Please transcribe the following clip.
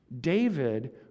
David